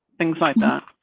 things like that?